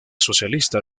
socialista